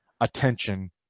attention